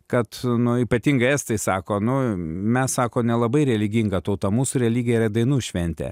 kad nu ypatingai estai sako nu mes sako nelabai religinga tauta mūsų religija yra dainų šventė